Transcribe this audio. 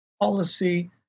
policy